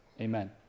amen